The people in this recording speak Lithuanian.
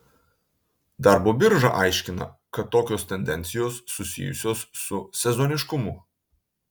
darbo birža aiškina kad tokios tendencijos susijusios su sezoniškumu